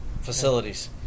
facilities